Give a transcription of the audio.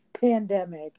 pandemic